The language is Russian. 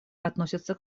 относятся